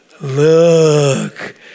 Look